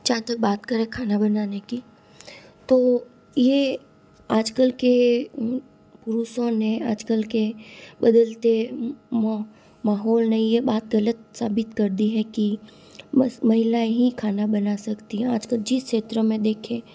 जहाँ तक बात करें खाना बनाने की तो ये आज कल के पुरुषों ने आज कल के बदलते माहौल ने ये बात गलत साबित कर दी है कि बस महिला ही खाना बना सकती है आज कल जिस क्षेत्र में देखें